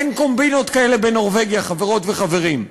אין קומבינות כאלה בנורבגיה, חברות וחברים.